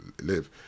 live